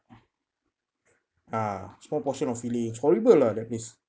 ah small portion of fillings horrible lah that place